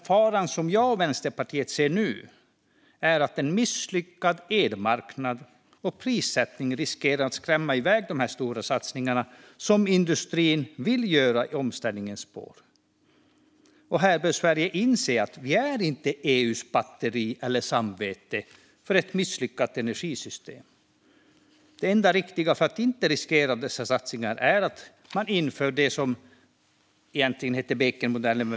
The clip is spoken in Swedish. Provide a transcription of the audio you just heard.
Faran som jag och Vänsterpartiet ser nu är att misslyckanden med elmarknad och prissättning riskerar att skrämma iväg de stora satsningar som industrin vill göra i omställningens spår. Sverige bör inse att vi inte är EU:s batteri eller dess samvete för ett misslyckat energisystem. Det enda riktiga för att inte riskera dessa satsningar är att införa det som egentligen heter Bekenmodellen.